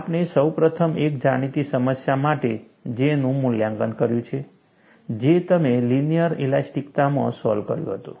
આપણે સૌ પ્રથમ એક જાણીતી સમસ્યા માટે J નું મૂલ્યાંકન કર્યું છે જે તમે લિનિયર ઇલાસ્ટિકતામાં સોલ્વ કર્યું હતું